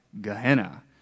Gehenna